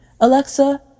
Alexa